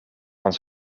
van